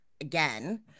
again